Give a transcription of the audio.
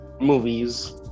movies